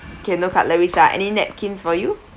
okay no cutleries ah any napkins for you